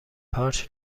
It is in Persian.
پارچ